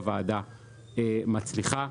בוועדה מצליחה.